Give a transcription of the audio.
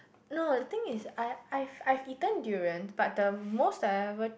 no the thing is I I I eaten durian but the most I ever